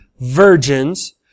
virgins